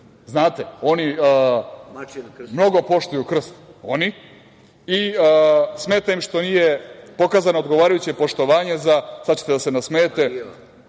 Znate, oni mnogo poštuju krst i smeta im što nije pokazano odgovarajuće poštovanje za, sada ćete da se nasmejete,